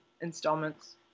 installments